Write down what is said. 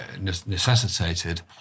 necessitated